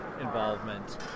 involvement